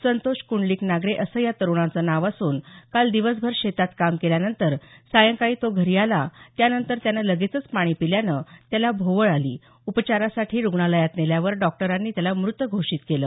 संतोष कुंडलिक नागरे असं या तरूणाचं नाव असून काल दिवसभर शेतात काम केल्यानंतर सायंकाळी तो घरी आला त्यानंतर त्यानं लगेचच पाणी पिल्यानं त्याला भोवळ आली उपचारासाठी रुग्णालयात नेल्यावर डॉक्टरांनी त्याला मृत घोषित केलं